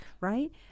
Right